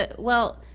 but well,